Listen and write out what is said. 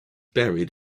buried